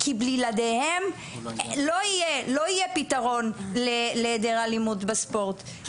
כי בלעדיהם לא יהיה פתרון להעדר אלימות בספורט.